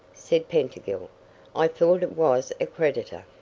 said pettingill. i thought it was a creditor.